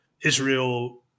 Israel